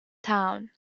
town